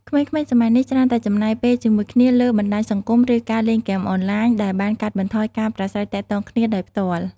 ក្មេងៗសម័យនេះច្រើនតែចំណាយពេលជាមួយគ្នាលើបណ្តាញសង្គមឬការលេងហ្គេមអនឡាញ ដែលបានកាត់បន្ថយការប្រាស្រ័យទាក់ទងគ្នាដោយផ្ទាល់។